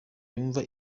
yumva